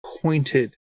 pointed